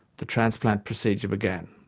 the transplant procedure began.